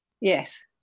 Yes